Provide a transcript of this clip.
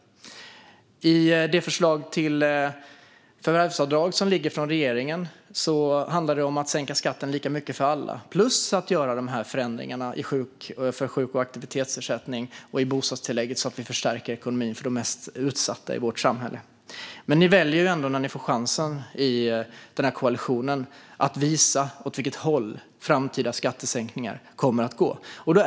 I regeringens förslag till förvärvsavdrag handlar det om att sänka skatten lika mycket för alla plus att göra de här förändringarna i sjuk och aktivitetsersättningen och i bostadstillägget, så att vi förstärker ekonomin för de mest utsatta i vårt samhälle. Men när ni i den här koalitionen får chansen väljer ni att visa åt vilket håll framtida skattesänkningar kommer att gå.